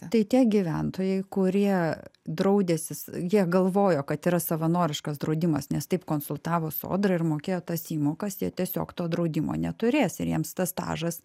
tai tie gyventojai kurie draudėsis jie galvojo kad yra savanoriškas draudimas nes taip konsultavo sodra ir mokėjo tas įmokas jie tiesiog to draudimo neturės ir jiems tas stažas